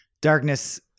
Darkness